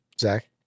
Zach